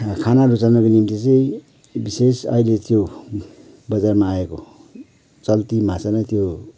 खाना रुचाउनुको निम्ति चाहिँ बिशेष अहिले त्यो बजारमा आएको चलती माछा नै त्यो